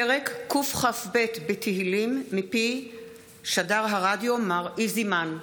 פרק קכ"ב בתהילים מפי שדר הרדיו מר איזי מן: